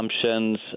assumptions